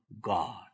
God